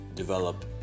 develop